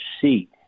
seat